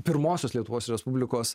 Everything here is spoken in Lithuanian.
pirmosios lietuvos respublikos